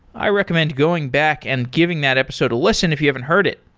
i recommend going back and giving that episode a listen if you haven't heard it.